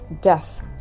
death